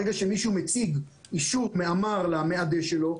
ברגע שמישהו מציג אישור מאמ"ר למאדה שלו,